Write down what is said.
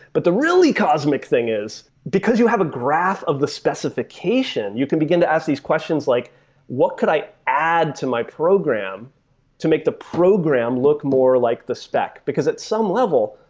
but the really cosmic thing is, because you have a graph of the specification, you can begin to ask these questions like what could i add to my program to make the program look more like the spec? because at some level,